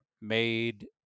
made